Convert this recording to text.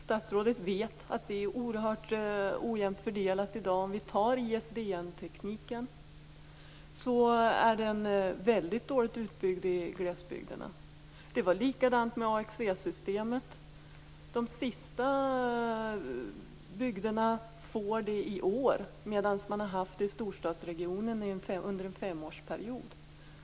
Statsrådet vet att den är oerhört ojämnt fördelad i dag. ISDN-tekniken är t.ex. väldigt dåligt utbyggd i glesbygderna. Det var likadant med AXE-systemet. De sista bygderna får det i år, medan man i storstadsregionen har haft det i en femårsperiod.